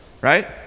right